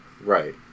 Right